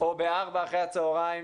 או בארבע אחר הצהריים,